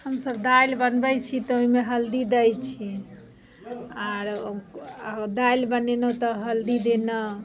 हमसभ दालि बनबैत छी तऽ ओहिमे हल्दी दैत छियै आरो आरो दालि बनेलहुँ तऽ हल्दी देलहुँ